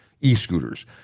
e-scooters